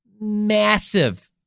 massive